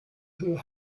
her